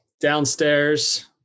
Downstairs